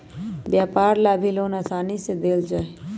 व्यापार ला भी लोन आसानी से देयल जा हई